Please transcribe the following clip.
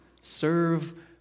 serve